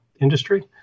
industry